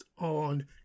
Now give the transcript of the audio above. on